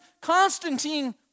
Constantine